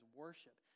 worship